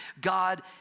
God